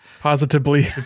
Positively